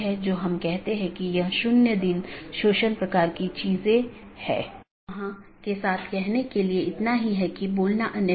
इस प्रकार हमारे पास आंतरिक पड़ोसी या IBGP है जो ऑटॉनमस सिस्टमों के भीतर BGP सपीकरों की एक जोड़ी है और दूसरा हमारे पास बाहरी पड़ोसीयों या EBGP कि एक जोड़ी है